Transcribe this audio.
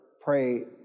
pray